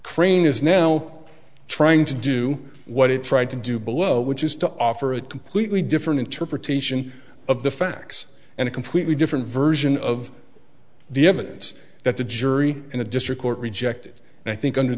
crane is now trying to do what it tried to do below which is to offer a completely different interpretation of the facts and a completely different version of the evidence that the jury in a district court rejected and i think under